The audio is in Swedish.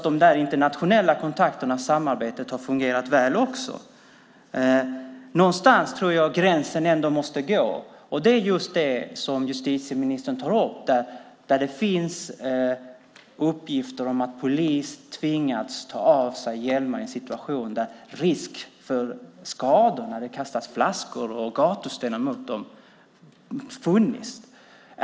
De internationella kontakterna och samarbetet har alltså fungerat väl också. Någonstans tror jag gränsen ändå måste gå, och det är just det som justitieministern tar upp, där det finns uppgifter om att polis tvingats ta av sig hjälmen i en situation där risk för skador, när det kastats flaskor och gatstenar mot dem, funnits.